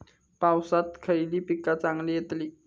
पावसात खयली पीका चांगली येतली?